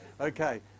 Okay